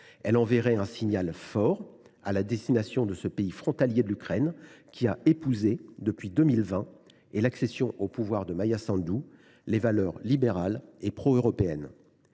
Elles enverraient un signal fort à destination de ce pays frontalier de l’Ukraine, qui a épousé, depuis 2020 et l’accession au pouvoir de Maia Sandu, les valeurs libérales et proeuropéennes.